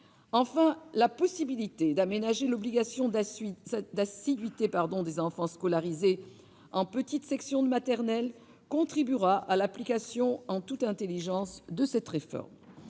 à la possibilité d'aménager l'obligation d'assiduité pour les enfants scolarisés en petite section de maternelle, elle contribuera à l'application en toute intelligence de cette réforme.